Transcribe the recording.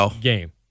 game